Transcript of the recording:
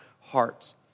hearts